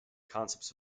concepts